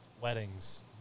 weddings